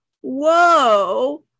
whoa